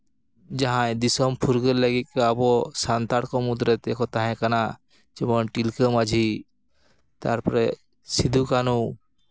ᱡᱟᱦᱟᱸᱭ ᱫᱤᱥᱚᱢ ᱯᱷᱩᱨᱜᱟᱹᱞ ᱞᱟᱹᱜᱤᱫ ᱛᱮ ᱟᱵᱚ ᱥᱟᱱᱛᱟᱲ ᱠᱚ ᱢᱩᱫᱽᱨᱮ ᱠᱚ ᱛᱟᱦᱮᱸ ᱠᱟᱱᱟ ᱡᱮᱢᱚᱱ ᱛᱤᱞᱠᱟᱹ ᱢᱟᱹᱡᱷᱤ ᱛᱟᱨᱯᱚᱨᱮ ᱥᱤᱫᱩ ᱠᱟᱹᱱᱦᱩ